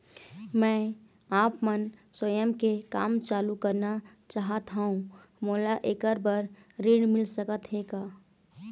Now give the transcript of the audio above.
मैं आपमन स्वयं के काम चालू करना चाहत हाव, मोला ऐकर बर ऋण मिल सकत हे का?